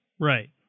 Right